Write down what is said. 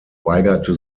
weigerte